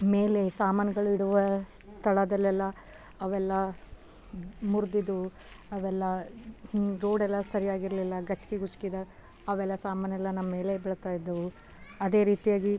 ಮೇಲೆ ಸಾಮಾನುಗಳಿಡುವ ಸ್ಥಳದಲ್ಲೆಲ್ಲ ಅವೆಲ್ಲ ಮುರಿದಿದ್ದವು ಅವೆಲ್ಲ ರೋಡೆಲ್ಲ ಸರಿಯಾಗಿರಲಿಲ್ಲ ಗಚ್ಕಿ ಗುಚ್ಕಿ ಅದ ಅವೆಲ್ಲ ಸಾಮಾನೆಲ್ಲ ನಮ್ಮೇಲೆ ಬೀಳ್ತಾಯಿದ್ದವು ಅದೇ ರೀತಿಯಾಗಿ